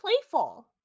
playful